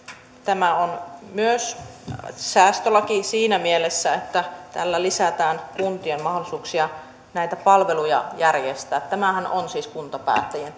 tämä on myös säästölaki siinä mielessä että tällä lisätään kuntien mahdollisuuksia näitä palveluja järjestää tämähän on siis kuntapäättäjien